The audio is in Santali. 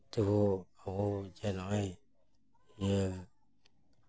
ᱛᱚᱵᱩᱣ ᱦᱚᱜᱼᱚᱭ ᱡᱮ ᱱᱚᱜᱼᱚᱭ ᱱᱤᱭᱟᱹ